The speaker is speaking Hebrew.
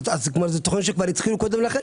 זה תוכניות שכבר החלו קודם לכן?